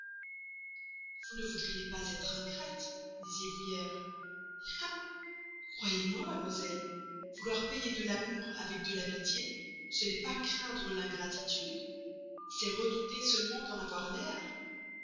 vous ne voudriez pas être ingrate disiez-vous hier ah croyez-moi mademoiselle vouloir payer de l'amour avec de l'amitié ce n'est pas craindre l'ingratitude c'est redouter seulement d'en avoir l'air